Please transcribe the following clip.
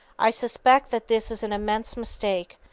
i suspect that this is an immense mistake,